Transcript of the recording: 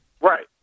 Right